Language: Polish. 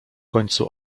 końcu